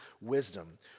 wisdom